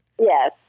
Yes